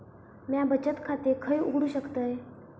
म्या बचत खाते खय उघडू शकतय?